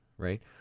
right